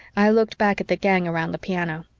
i looked back at the gang around the piano.